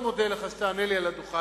אני מאוד מודה לך על כך שתענה לי על הדוכן.